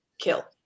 kill